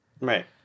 Right